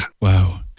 Wow